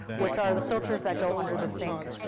which are the filters that go under the sink.